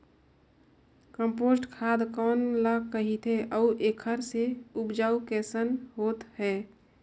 Compost खाद कौन ल कहिथे अउ एखर से उपजाऊ कैसन होत हे?